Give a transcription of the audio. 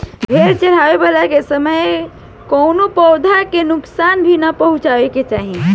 भेड़ चरावला के समय कवनो पौधा के नुकसान भी ना पहुँचावे के चाही